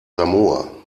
samoa